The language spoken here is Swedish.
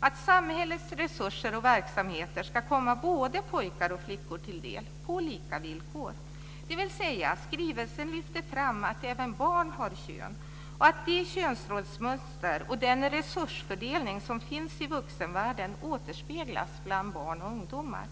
att samhällets resurser och verksamheter ska komma både pojkar och flickor till del på lika villkor. Skrivelsen lyfter fram att även barn har kön, att de könsrollsmönster och den resursfördelning som finns i vuxenvärlden återspeglas bland barn och ungdomar.